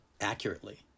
accurately